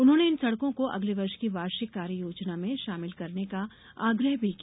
उन्होंने इन सड़कों को अगले वर्ष की वार्षिक कार्य योजना में शामिल करने का आग्रह भी किया